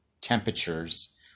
temperatures